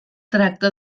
tracta